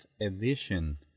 edition